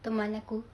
teman aku